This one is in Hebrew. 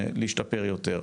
להשתפר יותר.